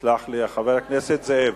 סלח לי, חבר הכנסת זאב,